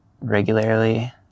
regularly